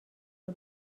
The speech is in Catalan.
del